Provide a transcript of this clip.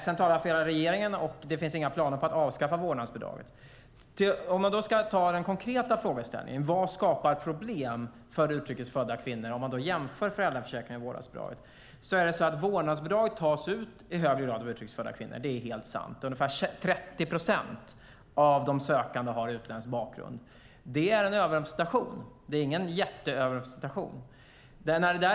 Sedan talar jag för hela regeringen. Det finns inga planer på att avskaffa vårdnadsbidraget. Man kan jämföra föräldraförsäkringen och vårdnadsbidraget utifrån den konkreta frågan vad som skapar problem för utrikes födda kvinnor. Då kan man se att vårdnadsbidraget i högre grad tas ut av utrikes födda kvinnor. Ungefär 30 procent av de sökande har utländsk bakgrund. Det är en överrepresentation, även om det inte är någon jätteöverrepresentation.